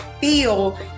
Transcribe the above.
feel